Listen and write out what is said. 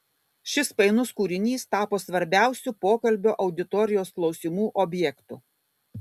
šis painus kūrinys tapo svarbiausiu pokalbio auditorijos klausimų objektu